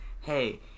hey